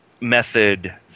method